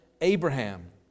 Abraham